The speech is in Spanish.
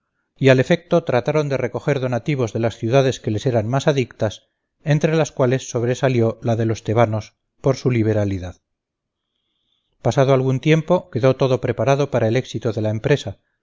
y al efecto trataron de recoger donativos de las ciudades que les eran más adictas entre las cuales sobresalió la de los tebanos por su liberalidad pasado algún tiempo quedó todo preparado para el éxito de la empresa